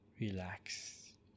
relax